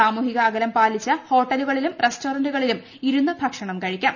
സാമൂഹിക അകലം പാലിച്ച് ഹോട്ടലുകളിലും റെസ്റ്റോറൻറുകളിലും ഇരുന്ന് ഭക്ഷണം കഴിക്കാം